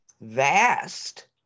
vast